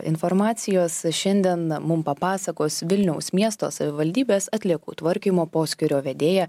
informacijos šiandien mum papasakos vilniaus miesto savivaldybės atliekų tvarkymo poskyrio vedėja